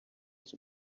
was